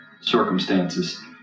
circumstances